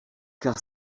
car